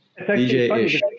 DJ-ish